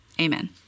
amen